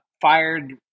fired